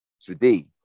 Today